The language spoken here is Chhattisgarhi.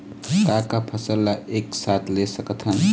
का का फसल ला एक साथ ले सकत हन?